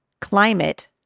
climate